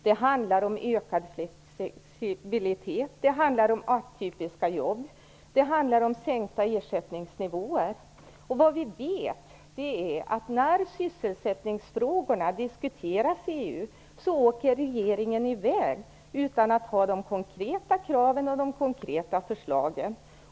Det handlar om ökad flexibilitet, om atypiska jobb och om sänkta ersättningsnivåer. Vi vet att när sysselsättningsfrågorna diskuteras inom EU åker regeringen i väg utan att ha konkreta krav och konkreta förslag.